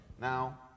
Now